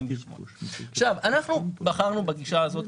אנחנו בחרנו בגישה הזאת.